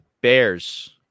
Bears